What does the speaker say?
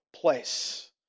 place